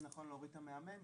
לכותל, להר הבית.